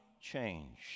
change